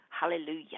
Hallelujah